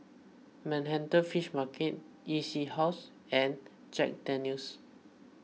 Manhattan Fish Market E C House and Jack Daniel's